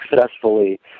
successfully